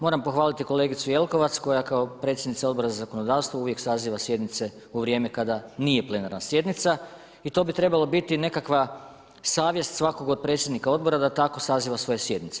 Moram pohvaliti kolegicu Jelkovac koja kao predsjednica Odbora za zakonodavstvo uvijek saziva sjednice uvijek kada nije plenarna sjednica i to bi trebala biti nekakva savjest svakog od predsjednika Odbora da tako saziva svoje sjednice.